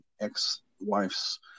ex-wife's